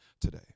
today